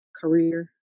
career